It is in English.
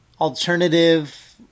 alternative